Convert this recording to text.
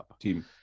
team